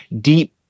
deep